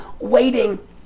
waiting